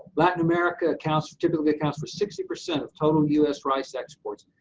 latin america accounts, typically accounts for sixty percent of total u s. rice exports.